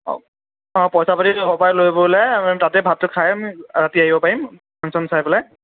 পইচা পাতি ঘৰৰ পৰাই লৈ পেলাই আমি তাতে ভাতটো খাই ৰাতি আহিব পাৰিম ফাংশ্যন চাই পেলাই